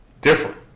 Different